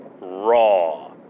raw